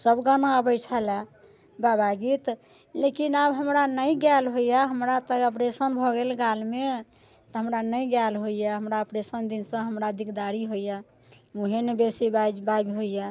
सब गाना अबैत छलैया बाबा गीत लेकिन आब हमरा नहि गायल होइया हमरा तऽ ऑपरेशन भऽ गेल गालमे तऽ हमरा नहि गायल होइया हमरा ऑपरेशन दिनसँ हमरा दिकदारी होइया मुँहे नहि बेसी बाजि बाबि होइया